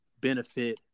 benefit